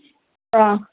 ꯑꯥ